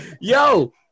yo